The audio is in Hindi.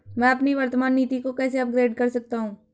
मैं अपनी वर्तमान नीति को कैसे अपग्रेड कर सकता हूँ?